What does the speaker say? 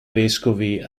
vescovi